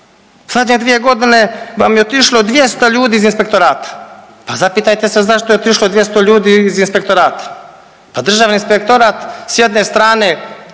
Zadnje dvije godine vam je otišlo 200 ljudi iz inspektorata. Pa zapitajte se zašto je otišlo 200 ljudi iz inspektorata. Pa Državni inspektorat s jedne strane,